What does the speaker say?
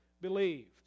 believed